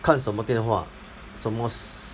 看什么电话什么 s~